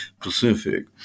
Pacific